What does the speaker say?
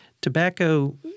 Tobacco